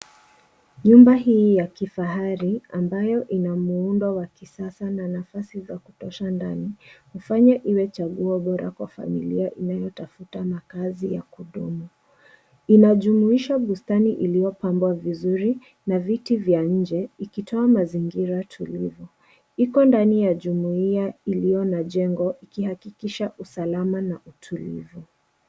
Nyumba hii ya kifahari ambayo ina muundo wa kisasa na nafasi za kutosha ndani, kufanya iwe chaguo bora kwa familia inayotafuta makazi ya kudumu. Inajumuisha bustani iliyopambwa vizuri na viti vya nje ikitoa mazingira tulivu. Iko ndani ya ya jumuia iliyo na jengo ikihakikisha usalama na utulivu.